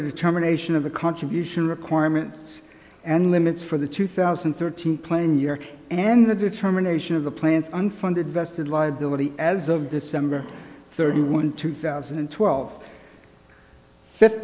the determination of the contribution requirements and limits for the two thousand and thirteen plain year and the determination of the plans unfunded vested liability as of december thirty one two thousand and twelve fifth